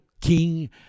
king